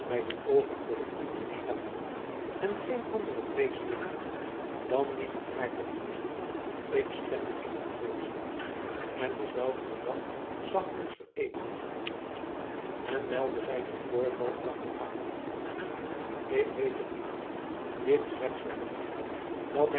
de oogen voor de toekomst sluiten en geen andere vrees duchten dan die van haar te verliezen ik stemde in haar voorslag en dezelfde dag zag ons vereenigd en meldde zij dit voorval aan haar vader ik weet het niet dit slechts vermoed ik dat